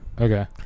okay